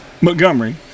Montgomery